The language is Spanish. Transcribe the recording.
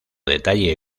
detalle